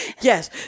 Yes